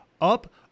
up